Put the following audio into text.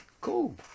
Cool